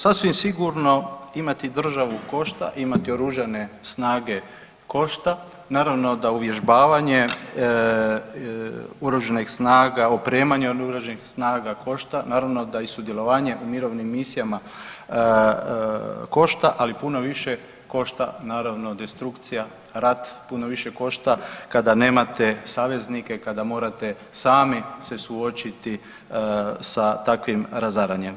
Sasvim sigurno, imati državu košta, imati oružane snage košta, naravno da uvježbavanje oružanih snaga, opremanje oružanih snaga košta, naravno da i sudjelovanje u mirovnim misijama košta, ali puno više košta naravno destrukcija, rat, puno više košta kada nemate saveznike kada morate sami se suočiti sa takvim razaranjem.